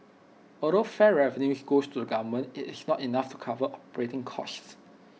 although fare revenue goes to the government IT is not enough to cover operating costs